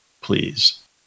Please